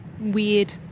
weird